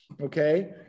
Okay